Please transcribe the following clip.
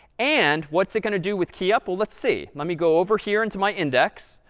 and what's it going to do with key up? well, let's see. let me go over here into my index.